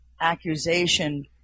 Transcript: accusation